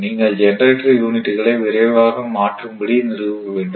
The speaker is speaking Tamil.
நீங்கள் ஜெனரேட்டர் யூனிட்டுகளை விரைவாக மாற்றும்படி நிறுவ வேண்டும்